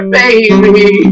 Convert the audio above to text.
baby